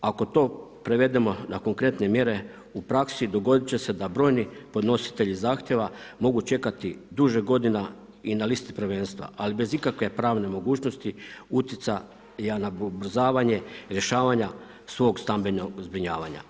Ako to prevedemo na konkretne mjere u praksi dogodit će se da brojni podnositelji zahtjeva mogu čekati duže godina i na listi prvenstva ali bez ikakve pravne mogućnosti utjecaja na ubrzanje rješavanja svog stambenog zbrinjavanja.